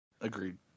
agreed